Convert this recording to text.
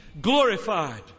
glorified